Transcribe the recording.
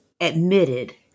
admitted